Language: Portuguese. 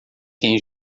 quem